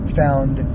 found